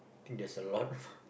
there's a lot